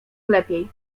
lepiej